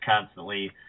constantly